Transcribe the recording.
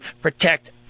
protect